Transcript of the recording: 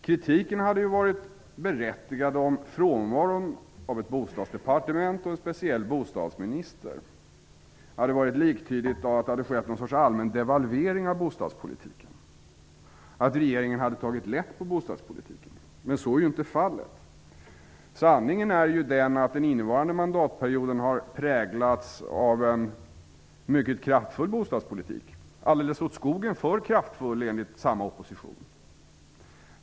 Kritiken hade varit berättigad om frånvaron av ett bostadsdepartement och en speciell bostadsminister hade varit liktydig med att det hade skett något slags allmän devalvering av bostadspolitiken och att regeringen hade tagit lätt på bostadspolitiken. Men så är inte fallet. Sanningen är ju att den innevarande mandatperioden har präglats av en mycket kraftfull bostadspolitik. Den har varit alldeles åt skogen för kraftfull enligt samma opposition.